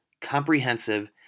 comprehensive